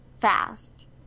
fast